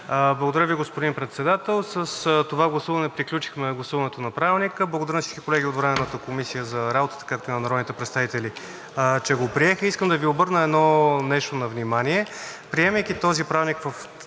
Благодаря Ви, господин Председател. С това гласуване приключихме гласуването на Правилника. Благодаря на всички колеги от Временната комисия за работата, както и на народните представители, че го приеха. Искам да Ви обърна внимание, че приемайки този правилник в тази